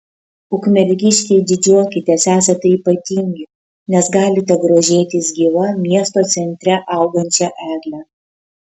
ukmergiškiai didžiuokitės esate ypatingi nes galite grožėtis gyva miesto centre augančia egle